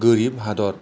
गोरिब हादर